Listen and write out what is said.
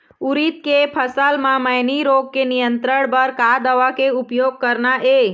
उरीद के फसल म मैनी रोग के नियंत्रण बर का दवा के उपयोग करना ये?